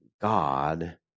God